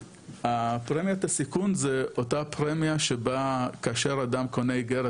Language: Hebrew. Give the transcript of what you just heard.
פרמיית הסיכון זה אותה פרמיה שבה כאשר אדם קונה איגרת